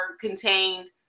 contained